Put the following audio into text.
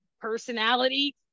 personality